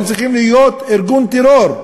הם צריכים להיות ארגון טרור.